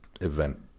event